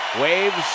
Waves